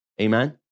Amen